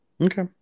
Okay